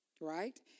Right